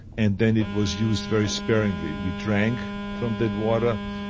and then it was used very sparingly. we drank from that water.